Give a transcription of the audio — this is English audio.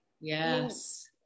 Yes